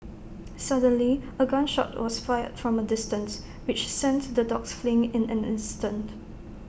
suddenly A gun shot was fired from A distance which sent the dogs fleeing in an instant